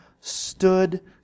stood